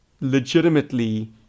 legitimately